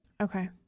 okay